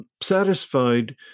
satisfied